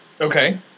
Okay